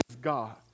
God